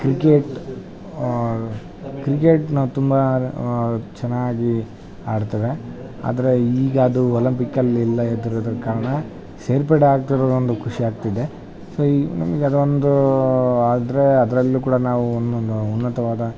cricket ಕ್ರಿಕೆಟನ್ನ ತುಂಬ ಚೆನ್ನಾಗಿ ಆಡ್ತೇವೆ ಆದರೆ ಈಗ ಅದು ಒಲಂಪಿಕಲ್ಲಿ ಇಲ್ಲ ಎದ್ರೆದ್ರು ಕಾರಣ ಸೇರ್ಪಡೆ ಆಗ್ತಿರೋದೊಂದು ಖುಷಿಯಾಗ್ತಿದೆ ಸೊ ಈ ನಮ್ಗೆ ಅದೊಂದು ಆದರೆ ಅದ್ರಲ್ಲೂ ಕೂಡ ನಾವು ಉನ್ನತವಾದ